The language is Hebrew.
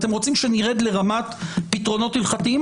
אתם רוצים שאנחנו נרד לרמת פתרונות הלכתיים?